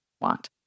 want